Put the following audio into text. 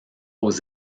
aux